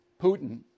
Putin